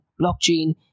Blockchain